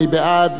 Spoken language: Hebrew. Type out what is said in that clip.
מי בעד?